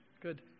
Good